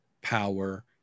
power